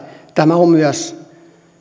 tämä on myös